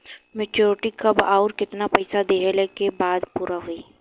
Maturity कब आउर केतना पईसा देहला के बाद पूरा होई?